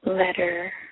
letter